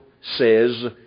says